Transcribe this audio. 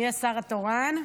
מי השר התורן?